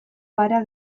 gara